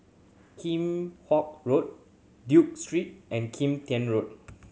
Hock Road Duke Street and Kim Tian Road